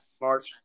March